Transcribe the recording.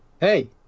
Hey